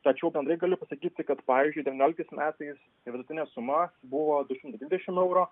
tačiau bendrai galiu pasakyti kad pavyzdžiui devynioliktais metais vidutinė suma buvo dvidešimt eurų